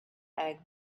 egg